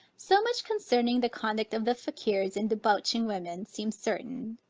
so much concerning the conduct of the fakiers in debauching women, seems certain.